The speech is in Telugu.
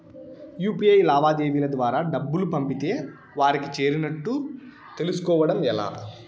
యు.పి.ఐ లావాదేవీల ద్వారా డబ్బులు పంపితే వారికి చేరినట్టు తెలుస్కోవడం ఎలా?